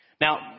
Now